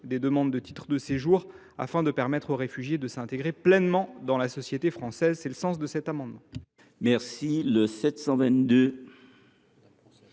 des demandes de titres de séjour afin de permettre aux réfugiés de s’intégrer pleinement dans la société française. L’amendement